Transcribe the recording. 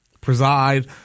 preside